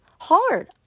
hard